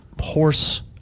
horse